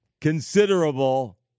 considerable